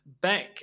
back